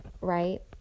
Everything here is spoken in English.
right